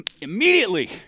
Immediately